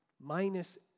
minus